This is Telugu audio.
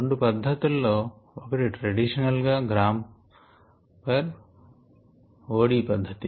రెండు పధ్ధతులలో ఒకటి ట్రెడిషనల్ గా గ్రా పర్ O D పధ్ధతి